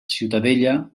ciutadella